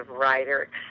writer